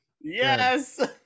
Yes